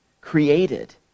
created